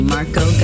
Marco